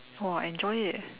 !wah! enjoy eh